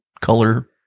Color